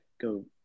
go